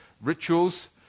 rituals